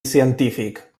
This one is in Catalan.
científic